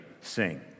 sing